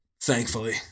thankfully